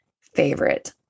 favorite